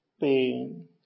pain